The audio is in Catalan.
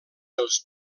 dels